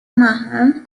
marrom